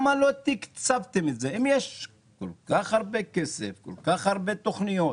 אם יש כל כך הרבה כסף וכל כך הרבה תכניות,